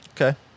Okay